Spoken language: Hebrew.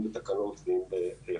אם בתקנות ואם בחקיקה.